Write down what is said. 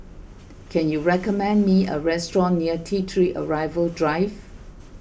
can you recommend me a restaurant near T three Arrival Drive